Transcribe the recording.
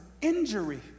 injury